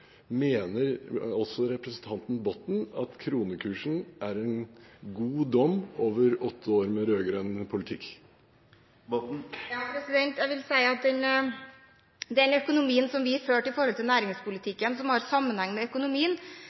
Mener også representanten Botten at kronekursen er en god dom over åtte år med rød-grønn politikk? Den næringspolitikken vi førte som har sammenheng med økonomien,